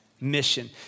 mission